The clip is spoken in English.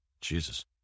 Jesus